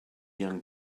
young